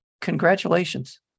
congratulations